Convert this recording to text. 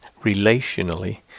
relationally